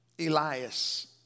Elias